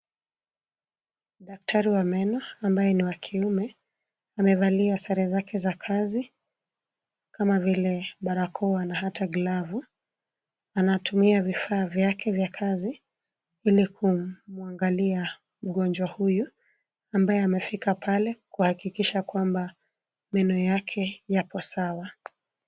Daktari wa meno ambaye ni wa kiume amevalia sare zake za kazi kama vile barakoa na hata glavu. Anatumia vifaa vyake vya kazi ili kumwangalia mgonjwa huyu ambaye amefika pale kuhakikisha kwamba meno yake yako sawa.